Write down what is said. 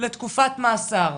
לתקופת מאסר.